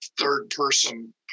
third-person